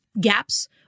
gaps